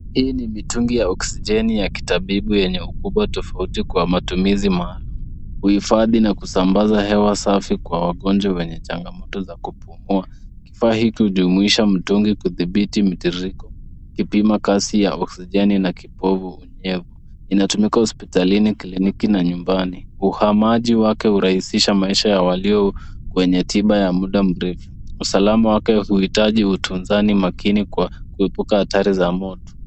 Hii ni mitungi ya oksijeni ya kitabibu yenye ukubwa tofauti kwa matumizi maalum. Huhifadhi na kusambaza hewa safi kwa wagonjwa wenye changamoto za kupumua. Kifaa hiki hujumuisha mtungi kudhibiti mtiririko, kipimo kasi ya oksijeni na kipovu unyevu. Inatumika hospitalini, kliniki na nyumbani. Uhamaji wake hurahisisha maisha ya walio wenye tiba ya muda mrefu. Usalama wake huhitaji utunzaji makini kwa kuhepuka hatari za moto.